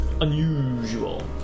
unusual